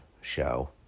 show